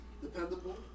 dependable